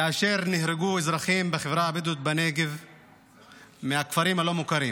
כאשר נהרגו אזרחים בחברה הבדואית בנגב מהכפרים הלא-מוכרים.